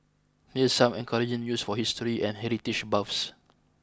here's some encouraging news for history and heritage buffs